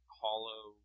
hollow